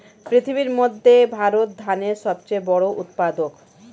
পৃথিবীর মধ্যে ভারত ধানের সবচেয়ে বড় উৎপাদক